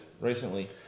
recently